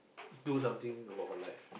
do something about her life